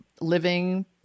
living